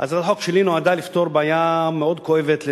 הצעת חוק התכנון והבנייה (פרסום ועדות התכנון והבנייה באינטרנט),